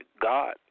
God